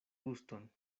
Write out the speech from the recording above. guston